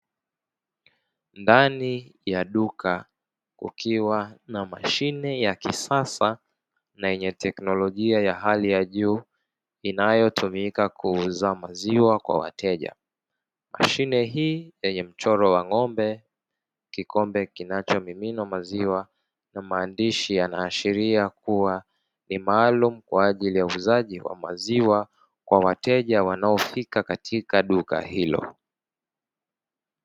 Ndani ya duka kukiwa na mashine ya kisasa na yenye teknolojia ya hali ya juu inayotumika kuuza maziwa kwa wateja. Mashine hii yenye mchoro wa ng'ombe, kikombe kinachomimina maziwa na maandishi yanaashiria kuwa ni maalumu kwa ajili ya uuzaji wa maziwa kwa wateja wanaofika katika duka hilo.